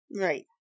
Right